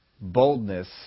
Boldness